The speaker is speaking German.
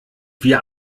wir